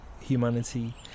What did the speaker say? humanity